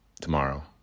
tomorrow